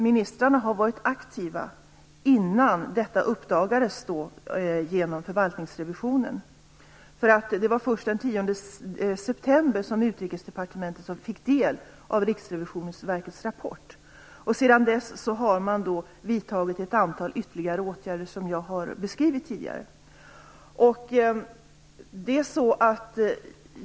Ministrarna har varit aktiva innan detta uppdagades genom förvaltningsrevisionen. Det var först den 10 september som Utrikesdepartementet fick del av Riksrevisionsverkets rapport. Sedan dess har man vidtagit ett antal ytterligare åtgärder som jag tidigare har beskrivit.